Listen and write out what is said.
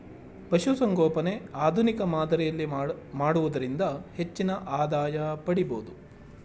ಪಶುಸಂಗೋಪನೆ ಆಧುನಿಕ ಮಾದರಿಯಲ್ಲಿ ಮಾಡುವುದರಿಂದ ಹೆಚ್ಚಿನ ಆದಾಯ ಪಡಿಬೋದು